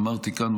אמרתי כאן,